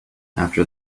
after